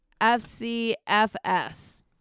FCFS